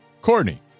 Courtney